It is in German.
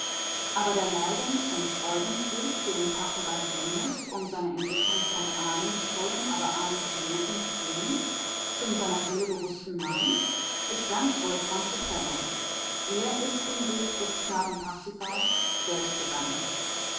aber der leidens und freudensweg den parzival gehen muß seine entwicklung vom ahnungsvollen aber ahnungslosen kind zum seiner seele bewußten mann ist ganz wolframsche prägung er ist den weg des knaben parzival selbst gegangen